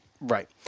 Right